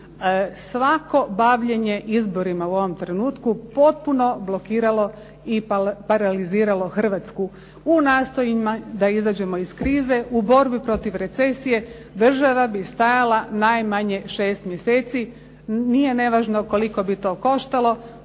svako bavljenje izborima u ovom trenutku potpuno blokiralo i paraliziralo Hrvatsku u nastojanjima da izađemo iz krize, u borbi protiv recesije država bi stajala najmanje 6 mjeseci. Nije nevažno koliko bi to koštalo,